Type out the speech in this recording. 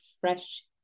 fresh